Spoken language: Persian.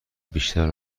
بیشتر